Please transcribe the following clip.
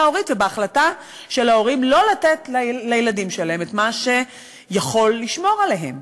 ההורית ובהחלטה של הורים לא לתת לילדים שלהם את מה שיכול לשמור עליהם,